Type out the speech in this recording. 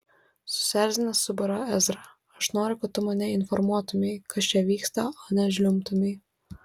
susierzinęs subarė ezra aš noriu kad tu mane informuotumei kas čia vyksta o ne žliumbtumei